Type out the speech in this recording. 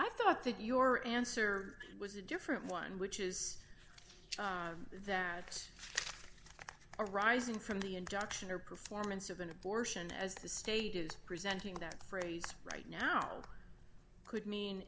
i thought that your answer was a different one which is that arising from the induction or performance of an abortion as the state is presenting that phrase right now could mean